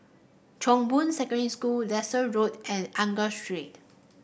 Chong Boon Secondary School Desker Road and Angus Street